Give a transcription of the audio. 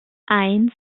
eins